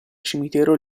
cimitero